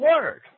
word